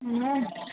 ಹ್ಞೂ